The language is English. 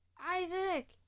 Isaac